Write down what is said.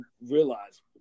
realize